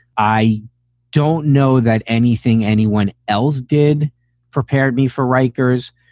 i don't know that anything anyone else did prepared me for rikers.